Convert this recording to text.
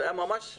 זה היה ממש מביש.